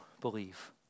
believe